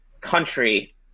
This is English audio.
country